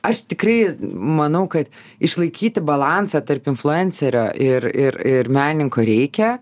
aš tikrai manau kad išlaikyti balansą tarp influencerio ir ir menininko reikia